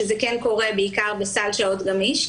שזה כן קורה בעיקר בסל שעות גמיש.